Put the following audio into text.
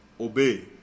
obey